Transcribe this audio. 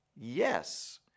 Yes